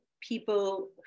people